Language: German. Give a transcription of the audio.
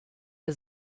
der